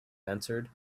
answered